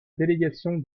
délégation